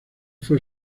fue